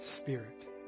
spirit